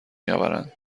میآورند